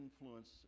influence